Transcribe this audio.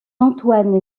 antoine